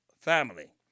family